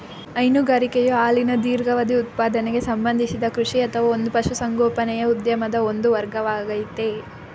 ಹೈನುಗಾರಿಕೆಯು ಹಾಲಿನ ದೀರ್ಘಾವಧಿ ಉತ್ಪಾದನೆಗೆ ಸಂಬಂಧಿಸಿದ ಕೃಷಿ ಅಥವಾ ಒಂದು ಪಶುಸಂಗೋಪನೆಯ ಉದ್ಯಮದ ಒಂದು ವರ್ಗವಾಗಯ್ತೆ